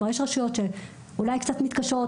יש רשויות שאולי קצת מתקשות,